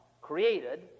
created